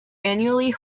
annually